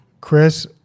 Chris